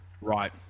Right